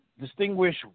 Distinguish